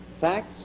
facts